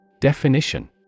Definition